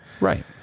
Right